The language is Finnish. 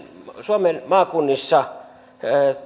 suomen maakunnissa